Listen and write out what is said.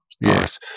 Yes